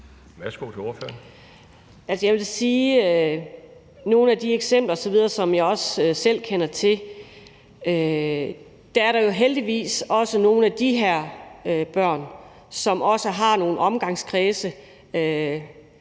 Jeg vil sige, at i nogle af de eksempler osv., som jeg selv kender til, er der jo heldigvis også nogle af de her børn, som har nogle omgangskredse.